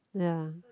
ya